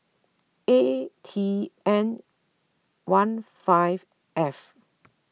A T N one five F